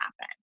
happen